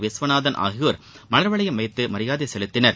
விஸ்வநாதன் ஆகியோர் மலர் வளையம் வைத்து மரியாதை செலுத்தினர்